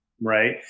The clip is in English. Right